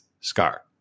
Scar